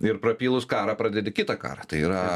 ir prapylus karą pradedi kitą karą tai yra